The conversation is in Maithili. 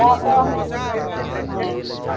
सएहसभ हँ